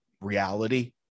reality